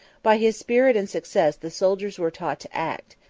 by his spirit and success the soldiers were taught to act,